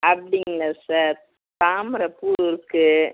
அப்படிங்களா சார் தாமரப்பூ இருக்குது